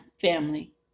family